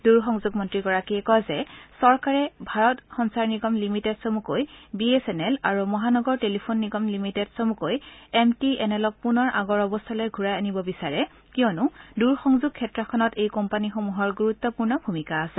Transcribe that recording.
দূৰ সংযোগ মন্ত্ৰীগৰাকীয়ে কয় যে চৰকাৰে ভাৰত সঞ্চাৰ নিগম লিমিটেড চমুকৈ বি এছ এন এল আৰু মহানগৰ টেলিফোন নিগম লিমিটেড চমুকৈ এম টি এন এলক পুনৰ আগৰ অৱস্থালৈ ঘূৰাই আনিব বিচাৰে কিয়নো দূৰ সংযোগ ক্ষেত্ৰখনত এই কোম্পানীসমূহৰ গুৰুত্বপূৰ্ণ ভূমিকা আছে